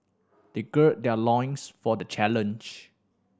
they gird their loins for the challenge